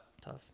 Tough